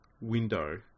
window